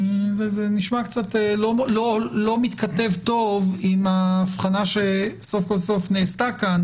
זה נשמע קצת לא מתכתב טוב עם האבחנה שסוף כל סוף נעשתה כאן